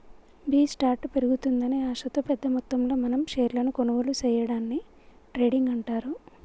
B స్టార్ట్ పెరుగుతుందని ఆశతో పెద్ద మొత్తంలో మనం షేర్లను కొనుగోలు సేయడాన్ని ట్రేడింగ్ అంటారు